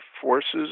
forces